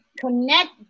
connect